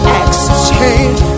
exchange